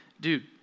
dude